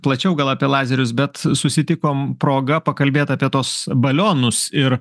plačiau gal apie lazerius bet susitikom proga pakalbėt apie tuos balionus ir